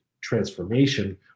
transformation